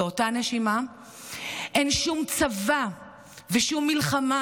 באותה נשימה אין שום צבא ושום מלחמה